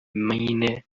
mine